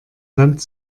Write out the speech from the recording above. sand